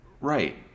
Right